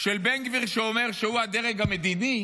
של בן גביר, שאומר שהוא הדרג המדיני,